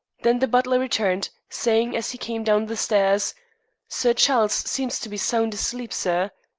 then the butler returned, saying as he came down the stairs sir charles seems to be sound asleep, sir.